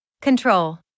Control